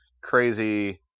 crazy